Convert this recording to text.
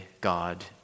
God